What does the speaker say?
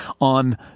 on